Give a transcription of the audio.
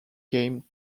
game